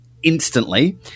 Instantly